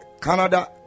Canada